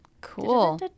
Cool